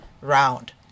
round